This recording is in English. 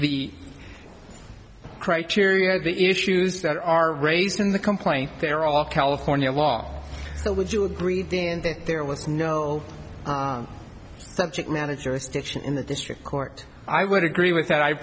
the criteria the issues that are raised in the complaint they're all california law so would you agree that there was no subject manager in the district court i would agree with that i